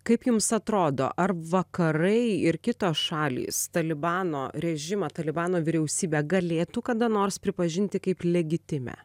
kaip jums atrodo ar vakarai ir kitos šalys talibano režimą talibano vyriausybę galėtų kada nors pripažinti kaip legitimią